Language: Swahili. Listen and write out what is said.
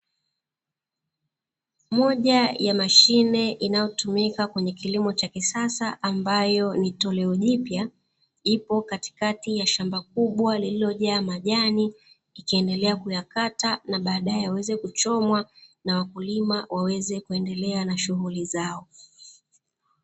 Moja ya mashine inayotumika kwenyye kilimo cha kisasa ambayo ni toleo jipya, ipo katikati ya shamba kubwa lililojaa majani ikiendelea kuayakata na baadae yaweze kuchomwa na wakulima waweze kuendelea na shughuli zao.